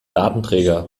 datenträger